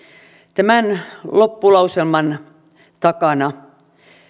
tämän loppulauselman takana